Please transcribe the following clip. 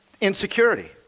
Insecurity